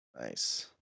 Nice